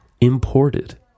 imported